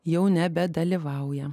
jau nebedalyvauja